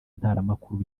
ntaramakuru